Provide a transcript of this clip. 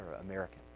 American